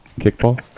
Kickball